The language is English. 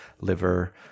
liver